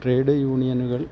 trade യൂണിയനുകൾ